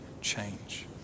change